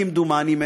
כמדומני,